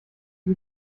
die